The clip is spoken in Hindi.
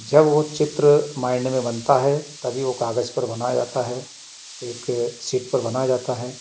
जब वो चित्र माइंड में बनता है तभी वो कागज़ पर बनाया जाता है एक सीट पर बनाया जाता है